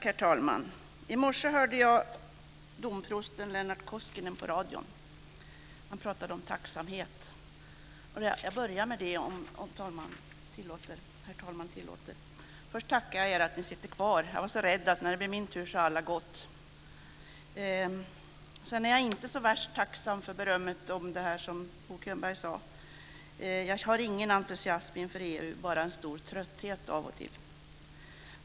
Herr talman! I morse hörde jag domprosten Lennart Koskinen på radio. Han pratade om tacksamhet, och jag tänkte börja med det. Först vill jag tacka er för att ni sitter kvar. Jag var rädd för att alla skulle ha gått när det blev min tur. Sedan är jag inte så värst tacksam över berömmet från Bo Könberg. Jag känner ingen entusiasm inför EU utan bara en stor trötthet av och till.